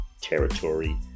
territory